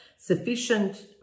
sufficient